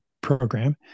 program